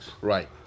Right